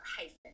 hyphen